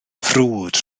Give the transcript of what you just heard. frwd